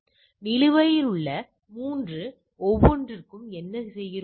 எனவே நிலுவையில் உள்ள 3 ஒவ்வொன்றிற்கும் என்ன செய்கிறோம்